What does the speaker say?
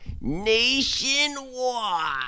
Nationwide